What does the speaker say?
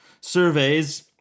surveys